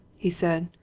he said.